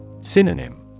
Synonym